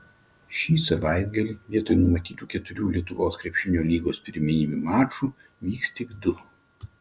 šį savaitgalį vietoj numatytų keturių lietuvos krepšinio lygos pirmenybių mačų vyks tik du